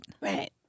right